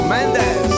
Mendes